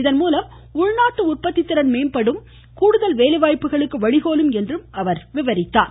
இதன்மூலம் உள்நாட்டு உற்பத்தி திறன் மேம்பட்டு கூடுதல் வேலை வாய்ப்புகளுக்கு வழிகோலும் என்று அவர் கூறினார்